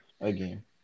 again